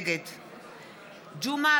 נגד ג'מעה